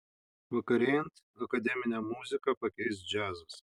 vakarėjant akademinę muziką pakeis džiazas